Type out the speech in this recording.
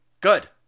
Good